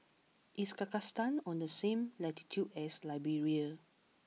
is Kazakhstan on the same latitude as Liberia